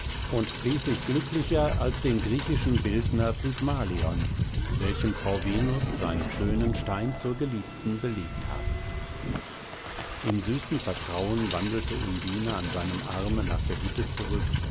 und pries sich glücklicher als den griechischen bildner pygmalion welchem frau venus seinen schönen stein zur geliebten belebt habe im süßen vertrauen wandelte undine an seinem arme nach der hütte zurück